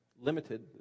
limited